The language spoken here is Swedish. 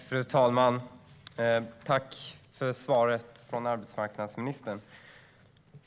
Fru talman! Tack för svaret, arbetsmarknadsministern!